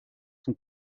sont